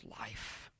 life